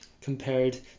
compared